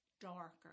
darker